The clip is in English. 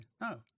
No